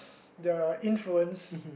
their influence